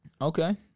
Okay